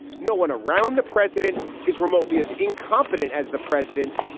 no one around the president is remotely as incompetent as the president,